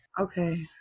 Okay